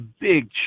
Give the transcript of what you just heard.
big